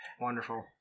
wonderful